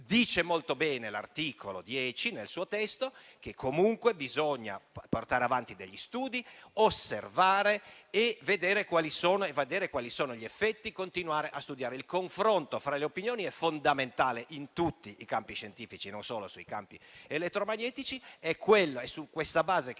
Dice molto bene l'articolo 10 nel suo testo, che comunque bisogna portare avanti degli studi, osservare e vedere quali sono gli effetti. Il confronto fra le opinioni è fondamentale in tutti i campi scientifici, non solo sui campi elettromagnetici. È su questa base che